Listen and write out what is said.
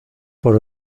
por